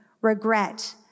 regret